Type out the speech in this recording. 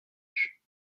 âge